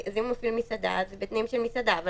אם הוא מפעיל מסעדה זה בתנאים של מסעדה אבל